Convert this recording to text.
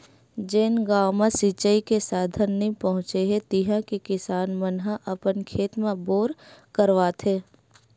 जेन गाँव म सिचई के साधन नइ पहुचे हे तिहा के किसान मन ह अपन खेत म बोर करवाथे